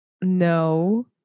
no